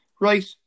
right